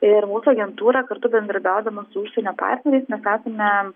ir mūsų agentūra kartu bendradarbiaudama su užsienio partneriais mes esame